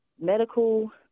medical